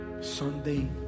Sunday